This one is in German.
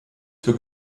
für